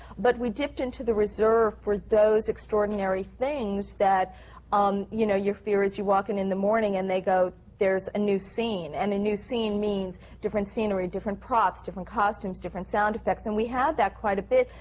but we dipped into the reserve for those extraordinary things. um you know, your fear is you walk in in the morning and they go, there's a new scene. and a new scene means different scenery, different props, different costumes, different sound effects. and we had that quite a bit,